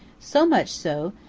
so much so,